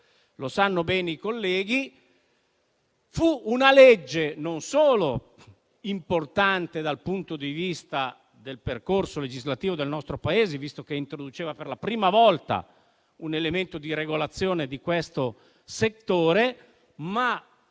come sanno bene i colleghi - non fu solo importante dal punto di vista del percorso legislativo del nostro Paese, visto che introduceva per la prima volta un elemento di regolazione di questo settore, ma